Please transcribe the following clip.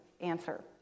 answer